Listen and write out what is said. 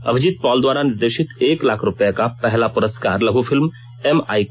अभिजीत पॉल द्वारा निर्देशित एक लाख रुपये का पहला पुरस्कार लघु फिल्म एम आई को दिया गया